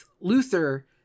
Luther